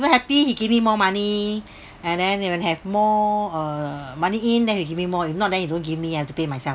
happy he give me more money and then when he have more uh money in then he'll give me more if not then he don't give me and I'll have to pay myself